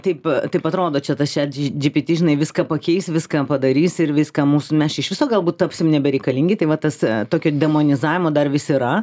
taip taip atrodo čia tas chatgpt žinai viską pakeis viską padarys ir viską mūsų mes iš viso galbūt tapsim nebereikalingi tai va tas tokio demonizavimo dar vis yra